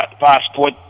passport